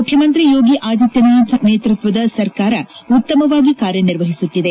ಮುಖ್ಯಮಂತ್ರಿ ಯೋಗಿ ಆದಿತ್ದನಾಥ್ ನೇತೃತ್ವದ ಸರ್ಕಾರ ಉತ್ತಮವಾಗಿ ಕಾರ್ಯನಿರ್ವಹಿಸುತ್ತಿದೆ